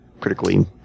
critically